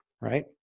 right